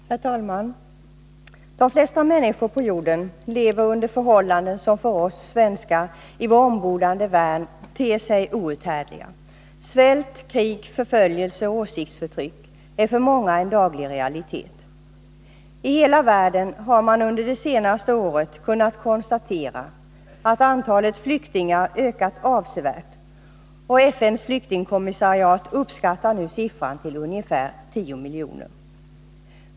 Herr talman! De flesta människor på jorden lever under förhållanden som för oss svenskar i vår ombonade värld ter sig outhärdliga. Svält, krig, förföljelse och åsiktsförtryck är för många en daglig realitet. I hela världen har man under det senaste året kunnat konstatera att antalet flyktingar ökat avsevärt. FN:s flyktingskommissariat uppskattar siffran till ungefär 10 miljoner.